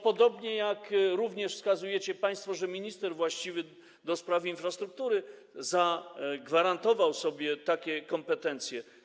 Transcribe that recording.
Podobnie wskazujecie państwo, że minister właściwy do spraw infrastruktury zagwarantował sobie takie kompetencje.